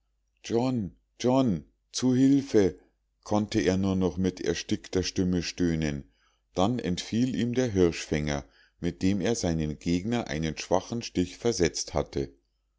john john zu hilfe konnte er nur noch mit erstickter stimme stöhnen dann entfiel ihm der hirschfänger mit dem er seinem gegner einen schwachen stich versetzt hatte